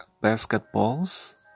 basketballs